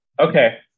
Okay